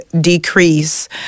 decrease